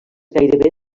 gairebé